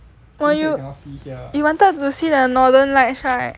orh you you wanted to see the northern lights right